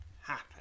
happy